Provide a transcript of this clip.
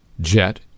jet